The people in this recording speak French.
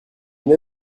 neuf